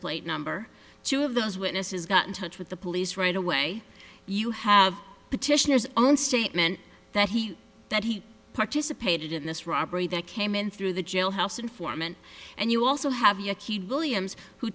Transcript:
plate number two of those witnesses got in touch with the police right away you have petitioners own statement that he that he participated in this robbery that came in through the jailhouse informant and you also have your key williams who